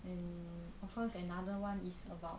and of course another one is about